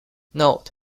note